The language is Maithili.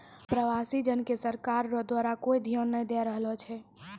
प्रवासी जन के सरकार रो द्वारा कोय ध्यान नै दैय रहलो छै